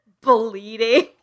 bleeding